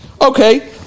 Okay